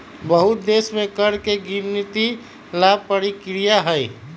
बहुत देश में कर के गिनती ला परकिरिया हई